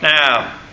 Now